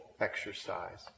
exercise